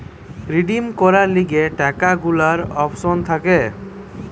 redeem করার লিগে টাকা গুলার অপশন থাকে